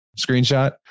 screenshot